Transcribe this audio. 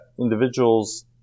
individuals